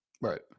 Right